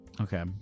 Okay